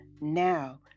now